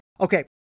Okay